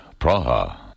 Praha